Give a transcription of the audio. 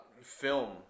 film